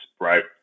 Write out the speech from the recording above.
right